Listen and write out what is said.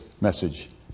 message